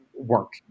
work